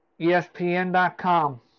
ESPN.com